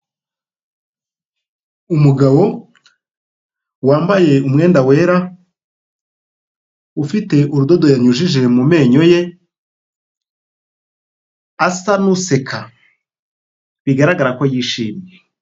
Umugabo wambaye umwenda wera, ufite urudodo yanyujije mu menyo ye, asa n'useka bigaragara ko yishimye.